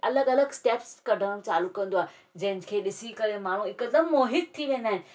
अलॻि अलॻि स्टैप्स कढणु चालू कंदो आहे जंहिंखे ॾिसी करे माण्हू हिकदमि मोहित थी वेंदा आहिनि